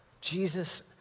Jesus